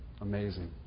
amazing